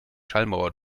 schallmauer